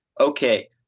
okay